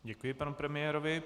Děkuji panu premiérovi.